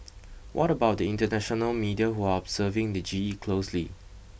what about the international media who are observing the G E closely